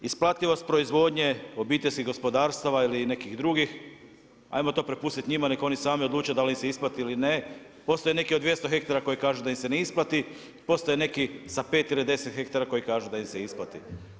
Isplativost proizvodnje obiteljskih gospodarstava ili nekih drugih, ajmo to prepustiti njima, nek oni sami odluče da li im se isplati ili ne, postoje neki od 200 hektara koji kažu da im se ne isplati, postoje neki sa 5 ili 10 hektara koji kažu da im se isplati.